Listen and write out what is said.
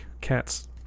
Cat's